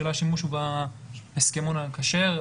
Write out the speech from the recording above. שלה השימוש הוא בהסכמון הכשר,